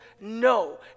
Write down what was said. no